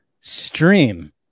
stream